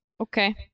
Okay